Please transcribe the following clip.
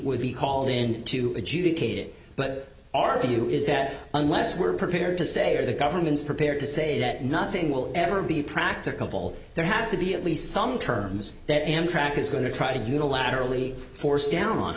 would be called in to adjudicate it but our view is that unless we're prepared to say or the government's prepared to say that nothing will ever be practicable there have to be at least some terms that amtrak is going to try to unilaterally force down on